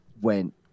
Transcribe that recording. went